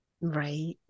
Right